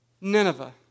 Nineveh